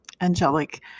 angelic